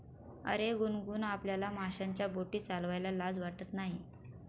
अरे गुनगुन, आपल्याला माशांच्या बोटी चालवायला लाज वाटत नाही